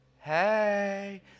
hey